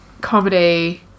comedy